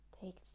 take